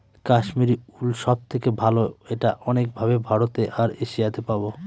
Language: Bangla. কাশ্মিরী উল সব থেকে ভালো এটা অনেক ভাবে ভারতে আর এশিয়াতে পাবো